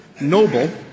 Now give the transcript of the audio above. noble